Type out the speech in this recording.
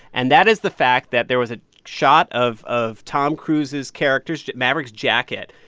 and that is the fact that there was a shot of of tom cruise's character's maverick's jacket.